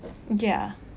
yeah